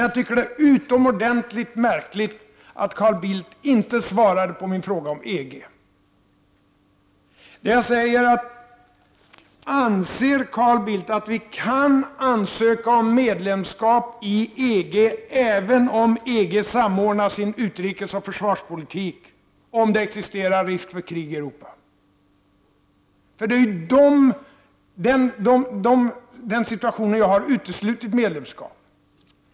Jag tycker att det är utomordentligt märkligt att Carl Bildt inte svarar på min fråga om EG. Anser Carl Bildt att vi kan ansöka om medlemskap i EG även om länderna i EG samordnar sin utrikesoch försvarspolitik om det existerar en risk för krig i Europa? Det är i den situationen som jag har uteslutit medlemskap.